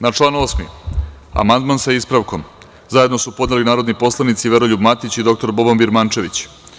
Na član 8. amandman sa ispravkom, zajedno su podneli narodni poslanici Veroljub Matić i dr Boban Birmančević.